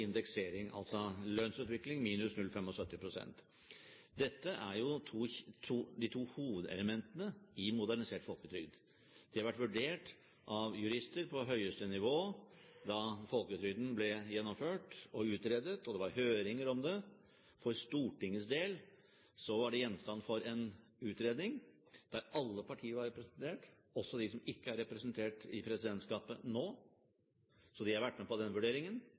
indeksering, altså lønnsutvikling minus 0,75 pst. Dette er de to hovedelementene i modernisert folketrygd. De har vært vurdert av jurister på høyeste nivå da folketrygden ble gjennomført og utredet. Det har vært høringer om det. For Stortingets del var det gjenstand for en utredning der alle partier var representert, også de som ikke er representert i presidentskapet nå – så de har vært med på den vurderingen.